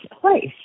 place